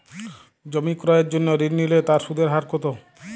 জমি ক্রয়ের জন্য ঋণ নিলে তার সুদের হার কতো?